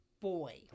Boy